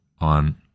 on